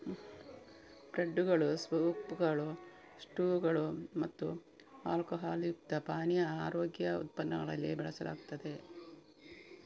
ಬ್ರೆಡ್ದುಗಳು, ಸೂಪ್ಗಳು, ಸ್ಟ್ಯೂಗಳು ಮತ್ತು ಆಲ್ಕೊಹಾಲ್ ಯುಕ್ತ ಪಾನೀಯ ಆರೋಗ್ಯ ಉತ್ಪನ್ನಗಳಲ್ಲಿ ಬಳಸಲಾಗುತ್ತದೆ